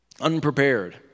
unprepared